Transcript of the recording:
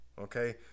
Okay